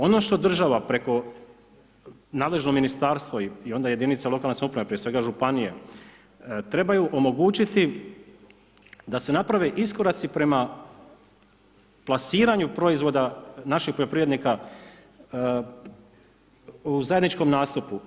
Ono što država preko, nadležno ministarstvo i onda jedinice lokalne samouprave prije svega županije trebaju omogućiti da se naprave iskoraci prema plasiranje proizvoda naših poljoprivrednika u zajedničkom nastupu.